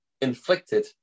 inflicted